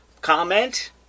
comment